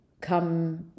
come